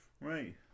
Right